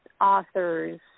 authors